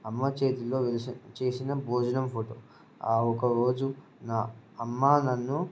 అమ్మ చేతిలో చేసిన భోజనం ఫోటో ఒకరోజు అమ్మ నన్ను